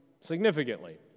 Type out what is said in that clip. significantly